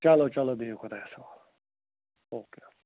چلو چلو بِہِو خُدایَس حوال او کے